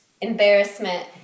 embarrassment